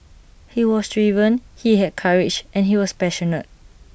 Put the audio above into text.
he was driven he had courage and he was passionate